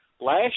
Last